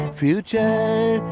future